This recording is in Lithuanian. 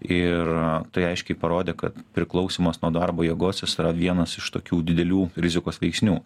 ir tai aiškiai parodė kad priklausymas nuo darbo jėgos jis yra vienas iš tokių didelių rizikos veiksnių